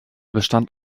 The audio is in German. bestand